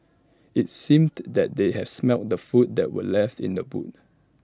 IT seemed that they had smelt the food that were left in the boot